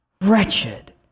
wretched